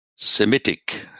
semitic